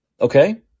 Okay